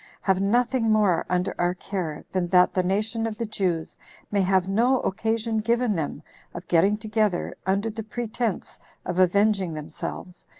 have nothing more under our care, than that the nation of the jews may have no occasion given them of getting together, under the pretense of avenging themselves,